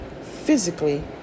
physically